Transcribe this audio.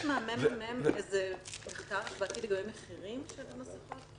אפשר לבקש מהממ"מ איזה מחקר לגבי מחירים של מסכות?